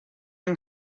yng